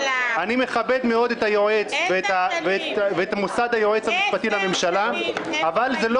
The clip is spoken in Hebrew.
אני מכבד מאוד את היועץ ואת מוסד היועץ המשפטי לממשלה אבל זה לא